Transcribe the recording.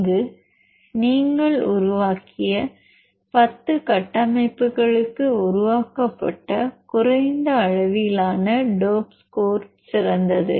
இங்கு நீங்கள் உருவாக்கிய 10 கட்டமைப்புகளுக்கு உருவாக்கப்பட்ட குறைந்த அளவிலான டோப் ஸ்கோர் சிறந்தது